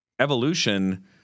Evolution